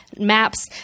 maps